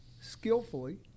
skillfully